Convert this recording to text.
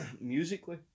musically